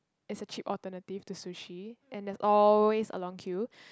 it's a cheap alternative to sushi and there's always a long queue